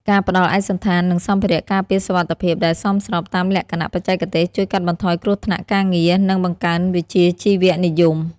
ការផ្ដល់ឯកសណ្ឋាន និងសម្ភារៈការពារសុវត្ថិភាពដែលសមស្របតាមលក្ខណៈបច្ចេកទេស ជួយកាត់បន្ថយគ្រោះថ្នាក់ការងារ និងបង្កើនវិជ្ជាជីវៈនិយម។